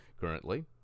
Currently